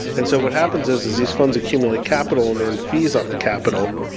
and so what happens is is these funds accumulate capital and earn fees off the capital,